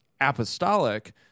apostolic